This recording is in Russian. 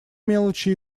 мелочи